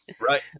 Right